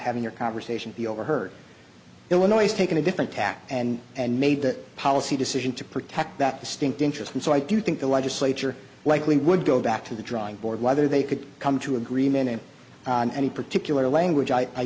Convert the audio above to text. having your conversation be overheard illinois taken a different tack and and made that policy decision to protect that distinct interest and so i do think the legislature likely would go back to the drawing board whether they could come to agreement on any particular language i i